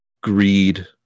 greed